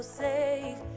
safe